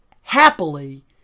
happily